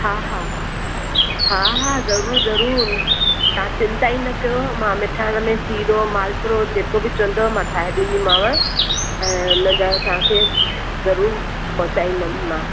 हा हा हा हा ज़रुरु ज़रुरु तव्हां चिंता ई न कयो मां मिठाण में सीरो माल पुड़ो जेको बि चोंदो मां ठाहे ॾिंदी माव ऐं उन जा तव्हांखे ज़रूरु पहुचाईंदमि मां